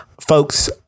Folks